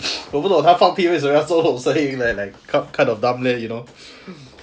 我不懂他放屁要做这种声音 leh like kind of dumb leh you know